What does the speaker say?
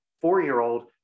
four-year-old